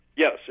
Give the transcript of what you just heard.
Yes